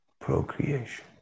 procreation